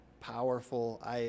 powerful